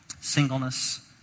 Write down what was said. singleness